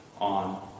on